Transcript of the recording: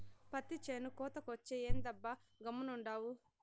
పత్తి చేను కోతకొచ్చే, ఏందబ్బా గమ్మునుండావు